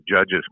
judges